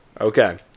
Okay